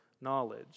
knowledge